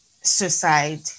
suicide